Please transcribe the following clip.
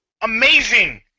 amazing